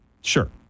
Sure